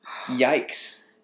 yikes